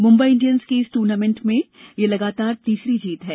Mumbai Indians की इस tournament में ये लगातार तीसरी जीत है